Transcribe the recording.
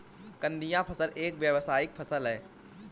कंदीय फसल एक व्यावसायिक फसल है